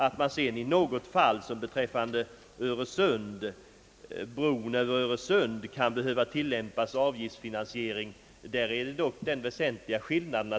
Om det i något fall kan bli fråga om att tillämpa avgiftsfinansiering för exempelvis bron över Öresund, vill jag dock framhålla att det här råder en väsentlig skillnad.